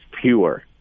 pure